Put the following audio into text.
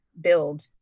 build